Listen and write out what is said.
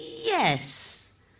Yes